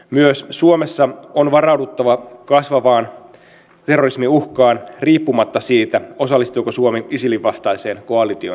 myös suomessa on varauduttava kasvavaan terrorismiuhkaan riippumatta siitä osallistuuko suomi isilin vastaisen koalition toimintaan